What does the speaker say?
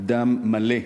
אדם מלא.